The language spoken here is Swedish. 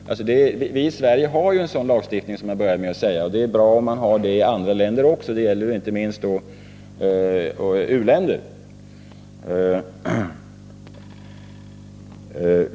Vi i Sverige har en sådan lagstiftning, vilket jag började med att säga. Det är bra om man har det i andra länder också. Det gäller inte minst u-länderna.